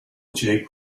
jake